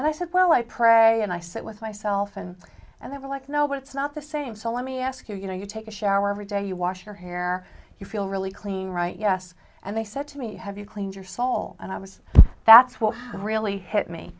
and i said well i pray and i sit with myself and and they were like no but it's not the same so let me ask you you know you take a shower every day you wash your hair you feel really clean right yes and they said to me have you cleaned your soul and i was that's what really hit me